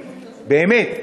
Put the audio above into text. באמת,